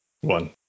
one